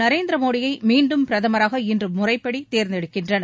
நரேந்திர மோடியை மீண்டும் பிரதமராக இன்று முறைப்படி தேர்ந்தெடுக்கின்றனர்